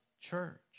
church